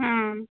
हाँ